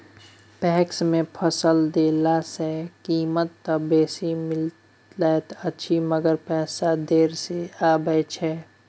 PACS मे फसल देला सॅ कीमत त बेसी मिलैत अछि मगर पैसा देर से आबय छै